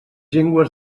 llengües